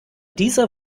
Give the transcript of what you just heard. dieser